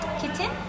kitchen